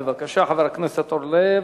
בבקשה, חבר הכנסת אורלב,